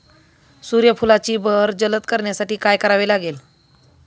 सूर्यफुलाची बहर जलद करण्यासाठी काय करावे लागेल?